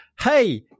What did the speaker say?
Hey